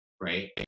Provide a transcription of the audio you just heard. right